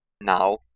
now